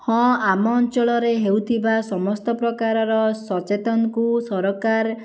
ହଁ ଆମ ଅଞ୍ଚଳରେ ହେଉଥିବା ସମସ୍ତ ପ୍ରକାରର ସଚେତନକୁ ସରକାର